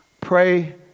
Pray